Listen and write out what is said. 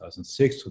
2006